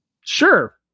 Sure